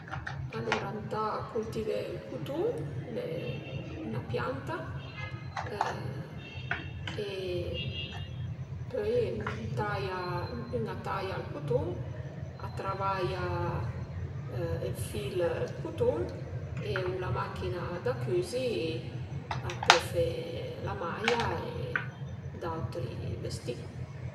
Alura ëntà cultivé ël cutun, al e üna pianta e pöi ën taia, ün a taia ël cutun, a travaia ël fil 'd cutun e u la machina da cüzi a pöl fe la maia e d'autri vestì